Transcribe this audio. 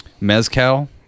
mezcal